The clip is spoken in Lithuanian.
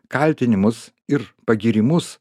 kaltinimus ir pagyrimus